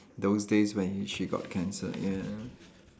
those days when h~ she got cancer ya